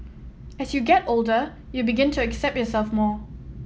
as you get older you begin to accept yourself more